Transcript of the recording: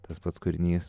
tas pats kūrinys